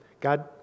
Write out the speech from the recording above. God